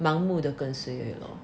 盲目地跟随 lah